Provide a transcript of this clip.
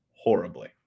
horribly